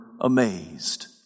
amazed